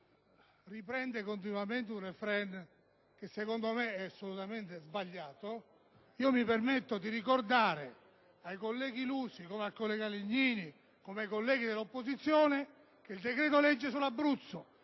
il decreto-legge sull'Abruzzo